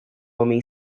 homem